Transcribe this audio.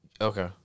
Okay